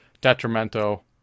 detrimental